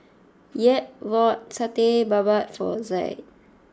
Yvette bought Satay Babat for Zaid